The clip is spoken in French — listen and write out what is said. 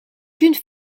qu’une